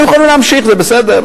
אתם יכולים להמשיך, זה בסדר.